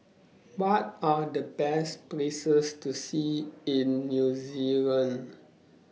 What Are The Best Places to See in New Zealand